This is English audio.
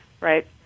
right